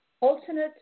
alternate